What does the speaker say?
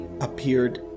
appeared